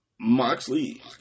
Moxley